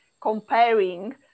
comparing